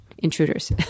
intruders